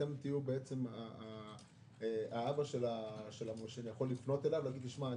אתם תהיו האבא שאוכל לפנות אליו ולהגיד שאני